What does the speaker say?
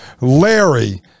Larry